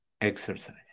exercise